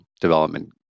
development